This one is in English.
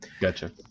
gotcha